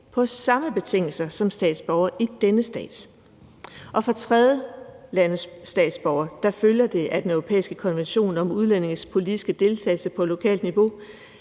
på samme betingelser som statsborgere i denne stat. For tredjelandes statsborgere følger det af den europæiske konvention om udlændinges politiske deltagelse på lokalt niveau,